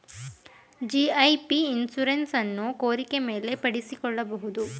GAP insurance ಅನ್ನು ಕೋರಿಕೆ ಮೇಲೆ ಪಡಿಸಿಕೊಳ್ಳಬಹುದು